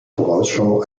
vorausschau